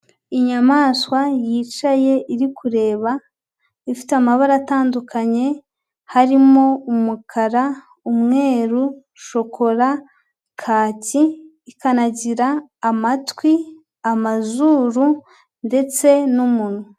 Inyamaswa yicaye iri kureba, ifite amabara atandukanye harimo umukara, umweru, shokora, kaki, ikanagira amatwi, amazuru ndetse n'umunwa.